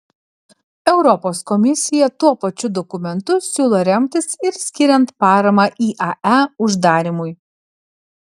europos komisija tuo pačiu dokumentu siūlo remtis ir skiriant paramą iae uždarymui